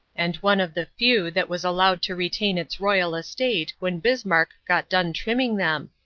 and one of the few that was allowed to retain its royal estate when bismarck got done trimming them.